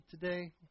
today